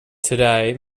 today